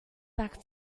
back